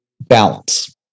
balance